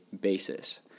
basis